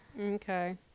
Okay